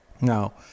Now